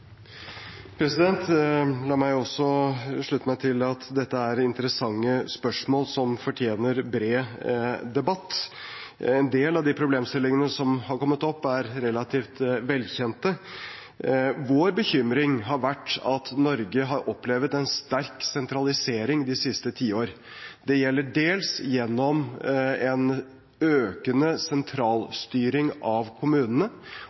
La meg også slutte meg til at dette er interessante spørsmål som fortjener bred debatt. En del av de problemstillingene som har kommet opp, er relativt velkjente. Vår bekymring har vært at Norge har opplevd en sterk sentralisering de siste tiår. Det gjelder dels gjennom en økende sentralstyring av kommunene,